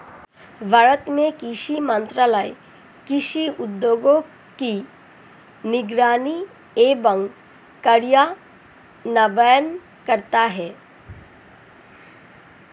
भारत में कृषि मंत्रालय कृषि उद्योगों की निगरानी एवं कार्यान्वयन करता है